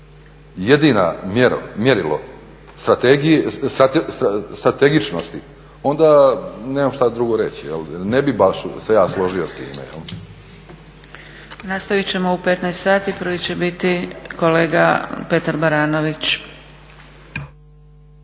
jedina mjerilo strategičnosti onda nemam šta drugo reći, ne bih se ja složio s time. **Zgrebec, Dragica (SDP)** Nastavit ćemo u 15,00 sati. Prvi će biti kolega Petar Baranović.